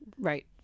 right